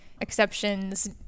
exceptions